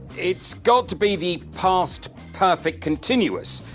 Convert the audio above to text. it's got to be the past perfect continuous!